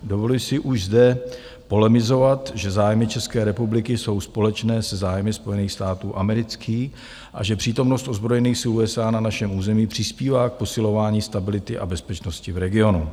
Dovoluji si už zde polemizovat, že zájmy České republiky jsou společné se zájmy Spojených států amerických a že přítomnost ozbrojených sil USA na našem území přispívá k posilování stability a bezpečnosti v regionu.